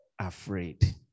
afraid